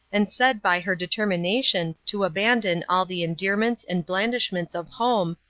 and said by her determination to abandon all the endearments and blandishments of home,